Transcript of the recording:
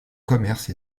commerce